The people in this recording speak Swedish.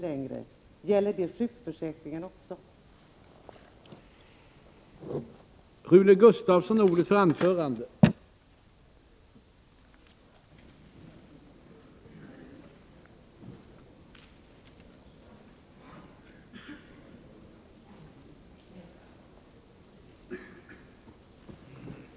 Gäller i så fall den inställningen också sjukförsäkringen?